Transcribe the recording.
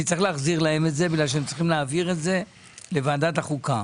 אני צריך להחזיר להם את זה בגלל שהם צריכים להעביר את זה לוועדת החוקה.